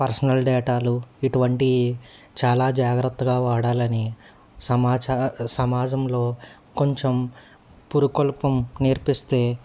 personal డేటాలు ఇటువంటి చాలా జాగ్రత్తగా వాడాలని సమాచా సమాజంలో కొంచెం పురుకొల్పం నేర్పిస్తే